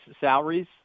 salaries